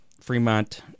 Fremont